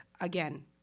Again